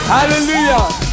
Hallelujah